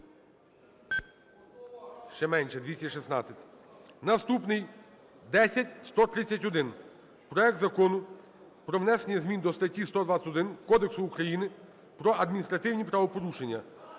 Наступний – 10131: проект Закону про внесення зміни до статті 121 Кодексу України про адміністративні правопорушення